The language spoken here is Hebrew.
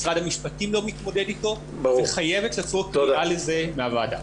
משרד המשפטים לא מתמודד איתו וחייבת לבוא קריאה לזה מהוועדה.